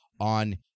on